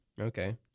Okay